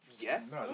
Yes